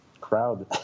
crowd